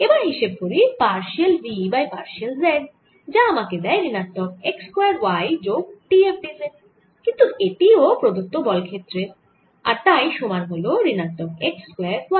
এবার হিসেব করি partial v by partial z যা আমাকে দেয় ঋণাত্মক x স্কয়ার y যোগ d f d z কিন্তু এটিও প্রদত্ত বল ক্ষেত্রের আর তাই সমান হল ঋণাত্মক x স্কয়ার y